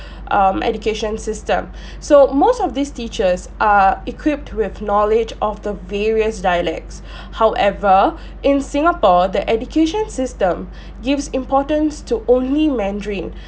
um education system so most of these teachers are equipped with knowledge of the various dialects however in singapore the education system gives importance to only mandarin